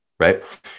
Right